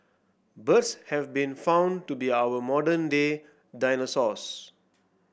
birds have been found to be our modern day dinosaurs